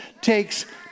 takes